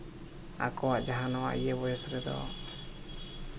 ᱟᱠᱚᱣᱟᱜ ᱡᱟᱦᱟᱸ ᱱᱚᱣᱟ ᱤᱭᱟᱹ ᱵᱚᱭᱮᱥ ᱨᱮᱫᱚ